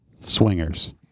Swingers